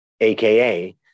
aka